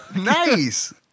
nice